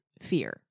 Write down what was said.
fear